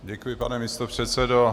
Děkuji, pane místopředsedo.